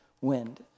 wind